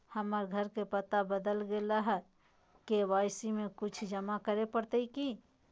हमर घर के पता बदल गेलई हई, के.वाई.सी में कुछ जमा करे पड़तई की?